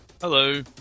Hello